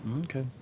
Okay